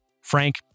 Frank